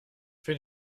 für